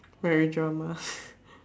very drama